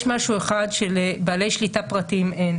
יש משהו אחד שלבעלי שליטה פרטיים אין,